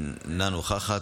אינה נוכחת,